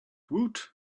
woot